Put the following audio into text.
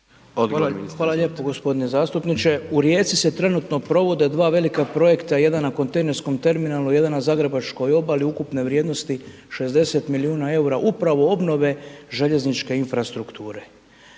Hvala lijepo gospodine zastupniče u Rijeci se trenutno provode dva velika projekta, jedan na kontejnerskom terminalu, jedna na Zagrebačkoj obali ukupne vrijednosti 60 milijuna EUR-a upravo obnove željezničke infrastrukture.